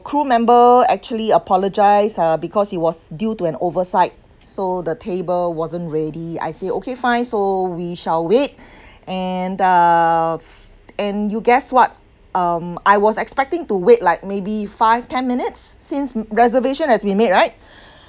crew member actually apologise uh because he was due to an oversight so the table wasn't ready I say okay fine so we shall wait and uh and you guess what um I was expecting to wait like maybe five ten minutes since reservation has been made right